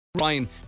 Ryan